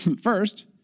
first